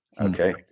Okay